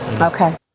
okay